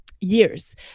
years